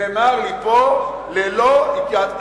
נאמר לי פה: ללא התייעצות.